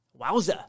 Wowza